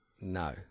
No